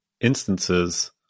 instances